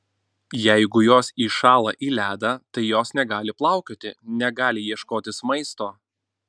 jeigu jos įšąla į ledą tai jos negali plaukioti negali ieškotis maisto